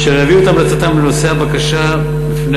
אשר יביאו את המלצתם בנושא הבקשה בפני